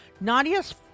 Nadia's